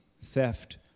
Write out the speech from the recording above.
theft